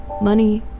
money